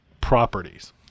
properties